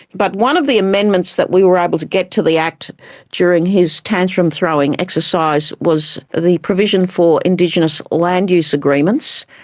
but one of the amendments that we were able to get to the act during his tantrum throwing exercise was the provision for indigenous land use agreements.